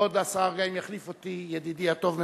בעוד עשרה רגעים יחליף אותי ידידי הטוב,